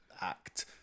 act